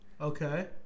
okay